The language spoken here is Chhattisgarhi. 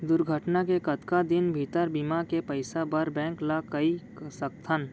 दुर्घटना के कतका दिन भीतर बीमा के पइसा बर बैंक ल कई सकथन?